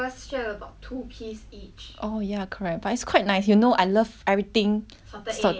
oh ya correct but it's quite nice you know I love everything salt~ yes everything salted egg you know